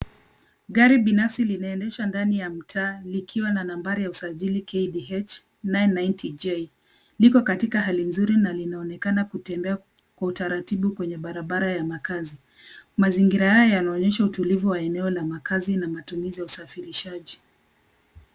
Gari la binafsi linaondehswa ndani ya mtaa likiwa na nambari ya usajili KDH 990J. Liko katika hali nzuri na linaonekana kutembe kwa utaratibu kwenye barabara ya makazi. Mazingira haya yanaonyesha utulivu la eneo ya makaazi na matumizi ya usafirishaji.